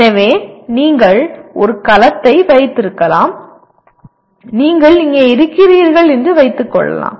எனவே நீங்கள் ஒரு கலத்தை வைத்திருக்கலாம் நீங்கள் இங்கே இருக்கிறீர்கள் என்று வைத்துக்கொள்ளலாம்